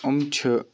یِم چھِ